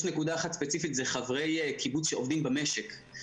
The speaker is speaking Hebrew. יש נקודה אחת ספציפית זה חברי קיבוץ שעובדים במשק,